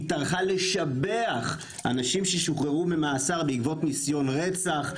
היא טרחה לשבח אנשים ששוחררו ממאסר בעקבות ניסיון רצח,